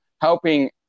helping